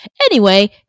Anyway-